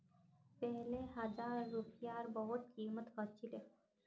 पहले हजार रूपयार बहुत कीमत ह छिले